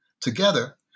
Together